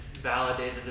Validated